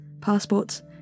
passports